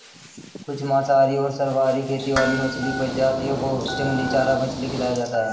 कुछ मांसाहारी और सर्वाहारी खेती वाली मछली प्रजातियों को जंगली चारा मछली खिलाया जाता है